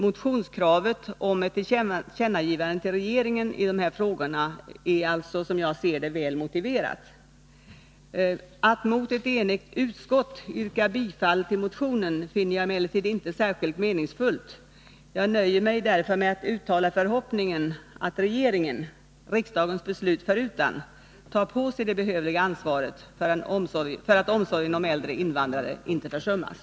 Motionskravet på ett tillkännagivande till regeringen i de här frågorna är alltså, som jag ser det, väl motiverat. Att mot ett enigt utskott yrka bifall till motionen finner jag emellertid inte särskilt meningsfullt. Jag nöjer mig därför med att uttala förhoppningen att regeringen — riksdagens beslut förutan — tar på sig det behövliga ansvaret för att omsorgen om äldre invandrare inte försummas.